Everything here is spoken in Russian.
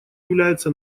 является